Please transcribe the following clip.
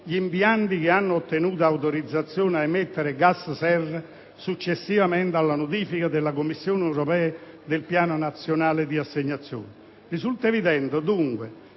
gli impianti che hanno ottenuto un'autorizzazione ad emettere gas-serra successivamente alla notifica alla Commissione europea del Piano nazionale di assegnazione. Risulta evidente, dunque,